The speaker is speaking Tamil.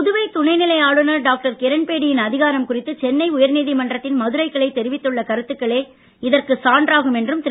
புதுவை துணைநிலை ஆளுநர் டாக்டர் கிரண்பேடியின் அதிகாரம் குறித்து சென்னை உயர்நீதிமன்றத்தின் மதுரை கிளை தெரிவித்துள்ள கருத்துக்களே இதற்கு சான்றாகும் என்றும் திரு